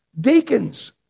deacons